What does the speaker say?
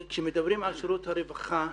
כשמדברים על שירות הרווחה,